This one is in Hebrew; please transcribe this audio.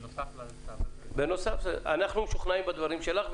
אנחנו משוכנעים בדברים שלך.